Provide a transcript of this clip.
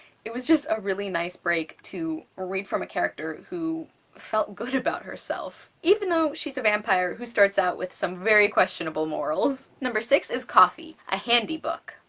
it was just a really nice break to read from a character who felt good about herself. even though she's a vampire who starts out with some very questionable morals. number six is coffee a handy book.